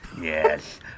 Yes